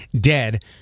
dead